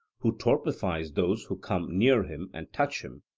who torpifies those who come near him and touch him,